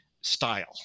style